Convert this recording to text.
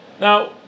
Now